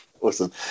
awesome